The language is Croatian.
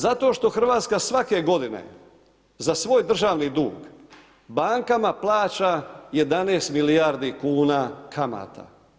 Zato što Hrvatska svake godine za svoj državni dug bankama plaća 11 milijardi kuna kamata.